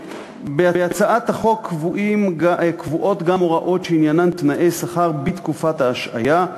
בהצעת החוק קבועות גם הוראות שעניינן תנאי שכר בתקופת ההשעיה.